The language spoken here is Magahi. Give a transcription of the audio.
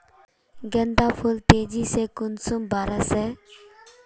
गेंदा फुल तेजी से कुंसम बार से?